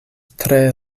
tre